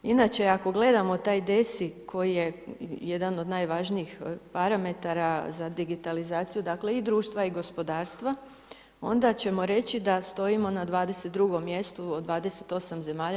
Inače ako gledamo taj DESI koji je jedan od najvažnijih parametara za digitalizaciju, dakle i društva i gospodarstva onda ćemo reći da stojimo na 22 mjestu od 28 zemalja.